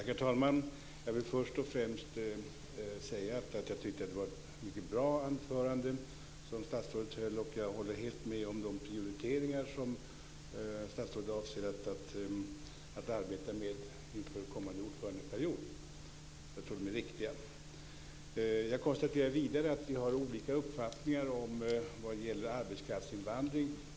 Herr talman! Det var ett mycket bra anförande som statsrådet höll. Jag håller helt med om de prioriteringar som statsrådet avser att arbeta med inför kommande ordförandeperiod. De är riktiga. Jag konstaterar vidare att vi har olika uppfattningar vad gäller arbetskraftsinvandring.